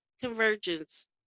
convergence